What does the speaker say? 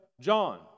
John